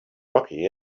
rocky